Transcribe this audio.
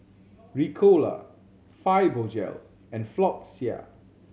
Ricola Fibogel and Floxia